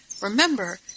Remember